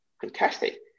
fantastic